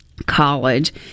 College